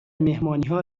مهمانیها